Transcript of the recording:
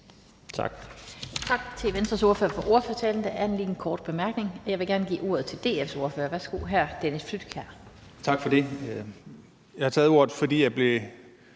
Tak.